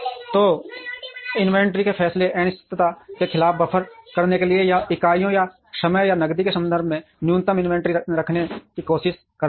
तो इन्वेंट्री के फैसले अनिश्चितता के खिलाफ बफर करने के लिए या तो इकाइयों या समय या नकदी के संदर्भ में न्यूनतम इन्वेंट्री रखने की कोशिश कर रहे हैं